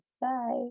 Bye